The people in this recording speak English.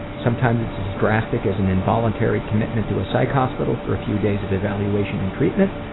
sometimes it's as as drastic as an involuntary commitment to a psych hospital for a few days of evaluation and treatment,